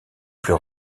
plus